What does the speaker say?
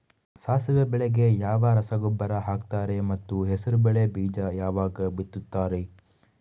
ಸಾಸಿವೆ ಬೆಳೆಗೆ ಯಾವ ರಸಗೊಬ್ಬರ ಹಾಕ್ತಾರೆ ಮತ್ತು ಹೆಸರುಬೇಳೆ ಬೀಜ ಯಾವಾಗ ಬಿತ್ತುತ್ತಾರೆ?